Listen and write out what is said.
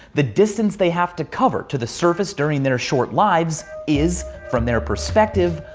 the distance they have to cover to the surface during their short lives is, from their perspective,